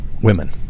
women